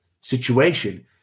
situation